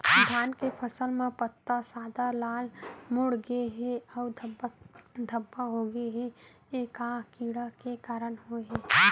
धान के फसल म पत्ता सादा, लाल, मुड़ गे हे अऊ धब्बा धब्बा होगे हे, ए का कीड़ा के कारण होय हे?